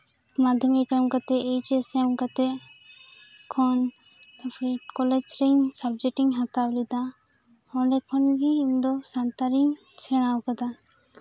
ᱢᱟᱫᱽᱫᱷᱚᱢᱤᱠ ᱮᱢ ᱠᱟᱛᱮᱫ ᱤᱭᱤᱪᱹᱮᱥ ᱮᱢ ᱠᱟᱛᱮᱫ ᱠᱷᱚᱱ ᱛᱟᱨᱯᱚᱨ ᱠᱚᱞᱮᱡᱽ ᱨᱮ ᱥᱟᱵᱽᱡᱮᱠᱴ ᱤᱧ ᱦᱟᱛᱟᱣ ᱞᱮᱫᱟ ᱚᱸᱰᱮ ᱠᱷᱚᱱ ᱜᱮ ᱤᱧ ᱫᱚ ᱥᱟᱱᱛᱟᱲᱤᱧ ᱥᱮᱬᱟᱣ ᱠᱟᱫᱟ